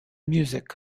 music